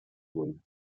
wurden